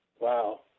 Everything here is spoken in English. Wow